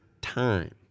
time